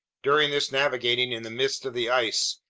during this navigating in the midst of the ice,